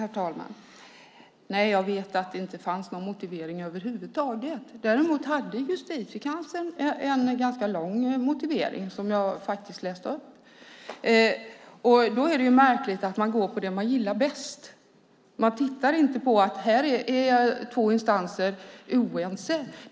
Herr talman! Jag vet att det inte fanns någon motivering över huvud taget. Däremot hade Justitiekanslern en ganska lång motivering, som jag faktiskt läste upp. Det är märkligt att man går på det man gillar bäst och inte tittar på att två instanser är oense.